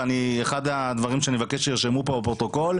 ואחד הדברים שאני מבקש שירשמו פה בפרוטוקול,